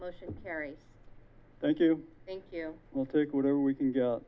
motion terry thank you thank you will take whatever we can g